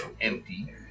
empty